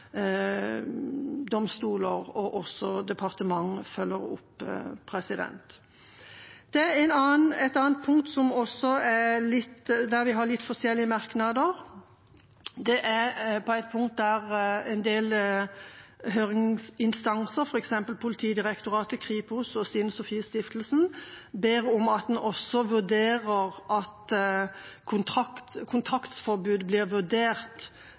domstoler og også departement følger opp. Det er også et annet punkt der vi har litt forskjellige merknader. Det er på et punkt der en del høringsinstanser, f.eks. Politidirektoratet, Kripos og Stine Sofies Stiftelse, ber om at en også vurderer at kontaktforbud blir vurdert